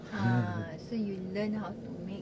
ah so you learn how to make